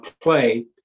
Play